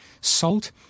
salt